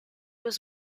was